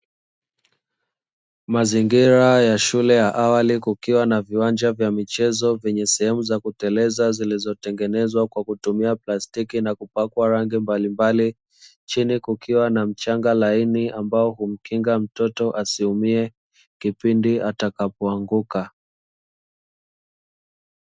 Mazingira ya shule ya awali, kukiwa na viwanja vya michezo vyenye sehemu za kuteleza, zilizotengenezwa kwa plastiki na kupakwa rangi mbalimbali, chini kukiwa na mchanga laini ambao humkinga mtoto asiumie kipindi atakapoanguka.